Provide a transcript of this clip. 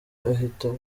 ahitwa